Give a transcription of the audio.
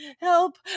help